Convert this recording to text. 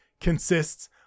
consists